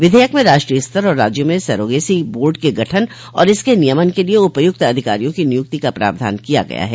विधेयक में राष्ट्रीय स्तर और राज्यों में सरोगेसी बोर्ड के गठन और इसके नियमन के लिए उपयुक्त अधिकारियों की नियुक्ति का प्रावधान किया गया है